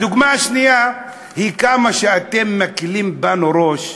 הדוגמה השנייה היא כמה שאתם מקלים בנו ראש,